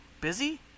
busy